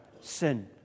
sin